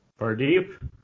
Fardeep